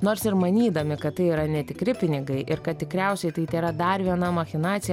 nors ir manydami kad tai yra netikri pinigai ir kad tikriausiai tai tėra dar viena machinacija